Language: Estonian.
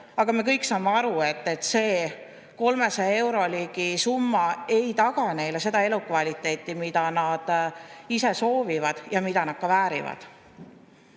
Aga me kõik saame aru, et see ligi 300‑eurone summa ei taga neile seda elukvaliteeti, mida nad ise soovivad ja mida nad ka väärivad.